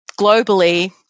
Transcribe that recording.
globally